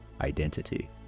identity